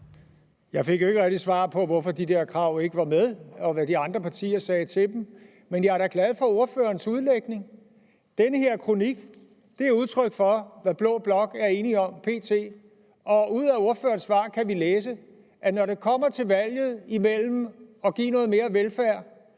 Jeg fik jo ikke rigtig svar på, hvorfor de der krav ikke var med, og hvad de andre partier sagde til dem, men jeg er da glad for ordførerens udlægning. Den her kronik er udtryk for, hvad blå blok er enig om p.t., og ud af ordførerens svar kan vi læse, at når det kommer til valget imellem at give noget mere velfærd